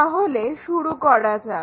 তাহলে শুরু করা যাক